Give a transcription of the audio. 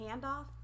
handoff